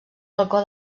balcó